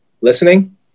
listening